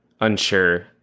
unsure